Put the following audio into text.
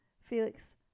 Felix